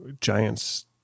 giants